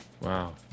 Wow